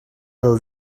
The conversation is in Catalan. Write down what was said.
del